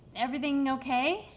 everything okay?